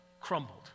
crumbled